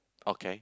okay